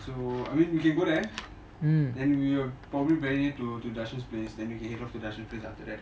so I mean we can go there then we will probably very near to dashain's place then you can head off to dashain's place after that